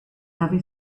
heavy